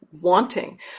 wanting